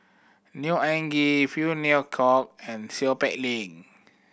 Neo Anngee Phey Kok and Seow Peck Leng